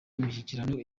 imishyikirano